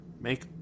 make